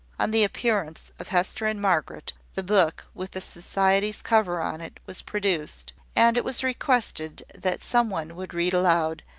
on the appearance of hester and margaret, the book, with the society's cover on it, was produced and it was requested that some one would read aloud,